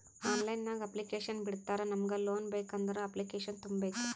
online ನಾಗ್ application ಬಿಡ್ತಾರಾ ನಮುಗ್ ಲೋನ್ ಬೇಕ್ ಅಂದುರ್ ಅಪ್ಲಿಕೇಶನ್ ತುಂಬೇಕ್